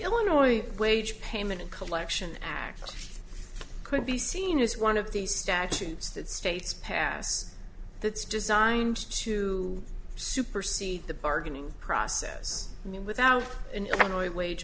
illinois wage payment and collection act could be seen as one of the statutes that states pass that's designed to supersede the bargaining process i mean without an illinois wage